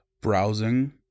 browsing